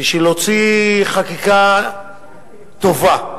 בשביל להוציא חקיקה טובה,